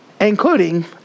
Including